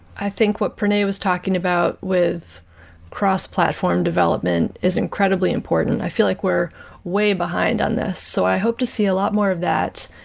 i think what pranay was talking about with cross-platform development is incredibly important. i feel like we're way behind on this. so i hope to see a lot more of that.